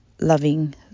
loving